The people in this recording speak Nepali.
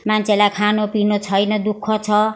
मान्छेलाई खानु पिउनु छैन दुःख छ